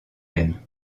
même